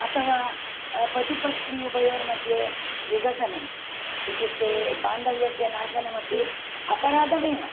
अथवा पतिपत्नी उभयोर्मध्ये विघटनम् इत्युक्ते बान्धव्यस्य नाशनमपि अपराध एव